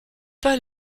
pas